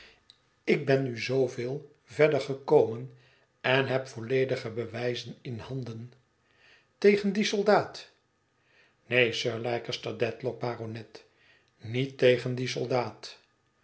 ik ben nu zooveel verder gekomen en heb volledige bewijzen in handen tegen dien soldaat neen sir leicester dedlock baronet niet tegen dien soldaat